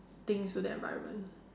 things to the environment